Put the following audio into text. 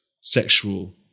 Sexual